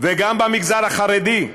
וגם במגזר החרדי.